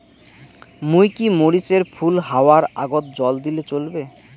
মুই কি মরিচ এর ফুল হাওয়ার আগত জল দিলে চলবে?